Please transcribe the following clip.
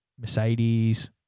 Mercedes